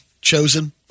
chosen